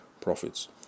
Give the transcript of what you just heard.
profits